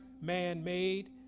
man-made